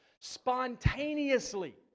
spontaneously